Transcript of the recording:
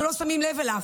אנחנו לא שמים לב אליו.